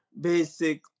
basic